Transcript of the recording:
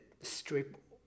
strip